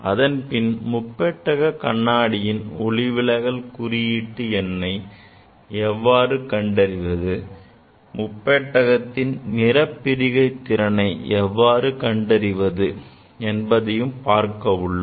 அதன்பின் முப்பட்டக கண்ணாடியின் ஒளிவிலகல் குறியீட்டு எண்ணை எவ்வாறு கண்டறிவது முப்பட்டகத்தின் நிறப்பிரிகை திறனை எவ்வாறு கண்டறிவது என பார்க்க உள்ளோம்